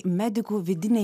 medikų vidiniai